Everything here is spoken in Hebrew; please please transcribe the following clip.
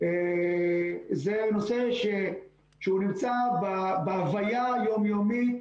זה נושא שנמצא בהוויה היום-יומית